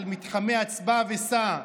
של מתחמי הצבע וסע,